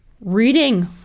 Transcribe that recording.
reading